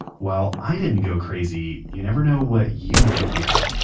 while i didn't go crazy, you never know what you might hear,